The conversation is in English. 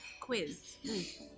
quiz